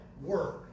work